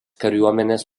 kariuomenės